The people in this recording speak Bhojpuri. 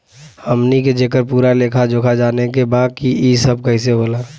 हमनी के जेकर पूरा लेखा जोखा जाने के बा की ई सब कैसे होला?